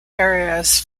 areas